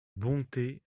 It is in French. bonté